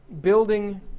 building